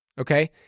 okay